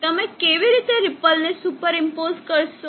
તમે કેવી રીતે રીપલને સુપર ઈમ્પોસ કરશો